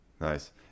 Nice